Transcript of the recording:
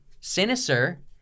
Sinister